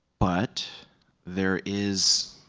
but there is